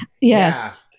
Yes